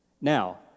Now